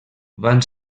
van